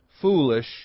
foolish